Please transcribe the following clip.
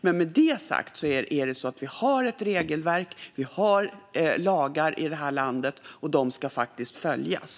Men med det sagt är det så att vi har ett regelverk och att vi har lagar i det här landet, och de ska faktiskt följas.